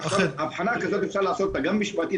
ההבחנה כזאת אפשר לעשות אותה גם משפטית,